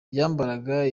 yambaraga